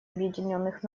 объединенных